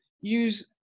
use